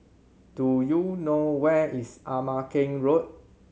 do you know where is Ama Keng Road